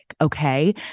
okay